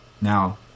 Now